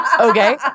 Okay